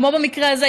כמו במקרה הזה,